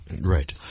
Right